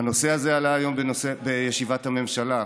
הנושא הזה עלה היום בישיבת הממשלה,